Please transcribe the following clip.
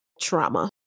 trauma